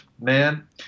man